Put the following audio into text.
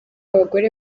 abagore